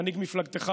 מנהיג מפלגתך,